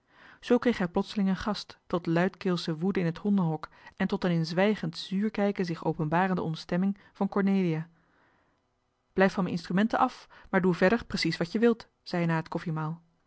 kreeg hij plotseling een gast tot luidkeelsche woede in t hondenhok en tot een in zwijgend zuurkijken zich openbarende ontstemming van cornelia blijf van m'en instrumenten af maar doe verder precies wat je wilt zei hij na het